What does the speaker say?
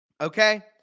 Okay